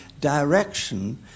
direction